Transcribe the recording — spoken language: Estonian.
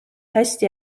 hästi